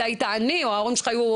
אתה היית עני או ההורים שלך היו